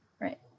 right